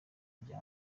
kujya